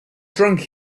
drunk